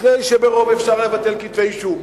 אחרי שברוב אפשר לבטל כתבי אישום,